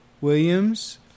Williams